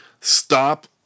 stop